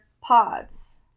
Pods